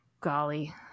Golly